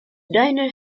diner